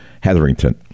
Hetherington